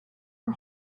are